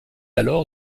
alors